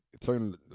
turn